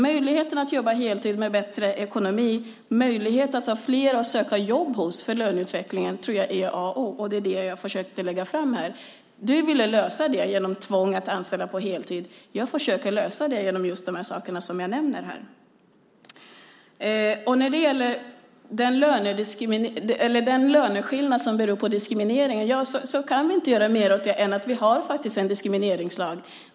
Möjligheten att jobba heltid med bättre ekonomi och möjligheten att ha flera att söka jobb hos för löneutveckling tror jag är A och O. Det är det jag försökte lägga fram här. Du ville lösa det genom tvång att anställa på heltid. Jag försöker lösa det genom just de saker som jag nämner här. När det gäller den löneskillnad som beror på diskriminering kan vi inte göra mer åt det än att vi faktiskt har en diskrimineringslag.